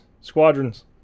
Squadrons